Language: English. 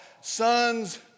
Sons